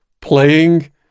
playing